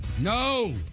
No